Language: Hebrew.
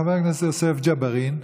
חבר הכנסת יוסף ג'בארין,